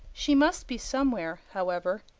she must be somewhere, however.